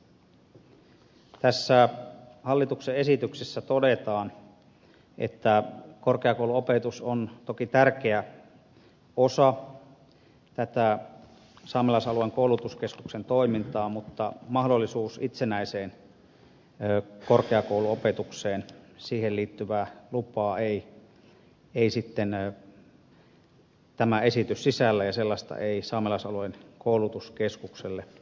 tässä hallituksen esityksessä todetaan että korkeakouluopetus on toki tärkeä osa tätä saamelaisalueen koulutuskeskuksen toimintaa mutta mahdollisuutta itsenäiseen korkeakouluopetukseen siihen liittyvää lupaa ei sitten tämä esitys sisällä ja sellaista ei saamelaisalueen koulutuskeskukselle myönnetä